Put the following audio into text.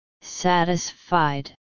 Satisfied